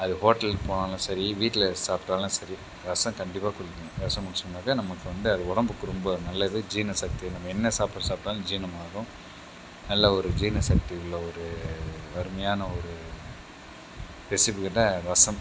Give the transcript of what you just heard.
அது ஹோட்டலுக்கு போனாலும் சரி வீட்டில் சாப்பிட்டாலும் சரி ரசம் கண்டிப்பாக குடிக்கணும் ரசம் குடிச்சிருந்தால்தான் நமக்கு வந்து அது உடம்புக்கு ரொம்ப நல்லது ஜீரண சக்தி நம்ம என்ன சாப்பாடு சாப்பிட்டாலும் ஜீரணமாகும் நல்லவொரு ஜீரண சக்தி உள்ள ஒரு அருமையான ஒரு ரெசிபி தான் ரசம்